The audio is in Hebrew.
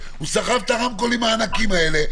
הוא סחב את הרמקולים הענקיים האלה,